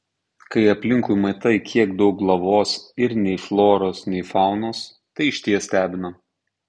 kai aplinkui matai kiek daug lavos ir nei floros nei faunos tai išties stebina